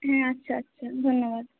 হ্যাঁ আচ্ছা আচ্ছা ধন্যবাদ